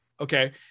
okay